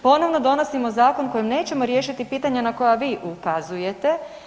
Ponovno donosimo zakon kojim nećemo riješiti pitanja na koja vi ukazujete.